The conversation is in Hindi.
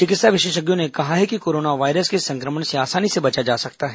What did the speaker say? चिकित्सा विशेषज्ञों ने कहा है कि कोरोना वायरस के संक्रमण से आसानी से बचा जा सकता है